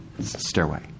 stairway